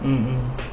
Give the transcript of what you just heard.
um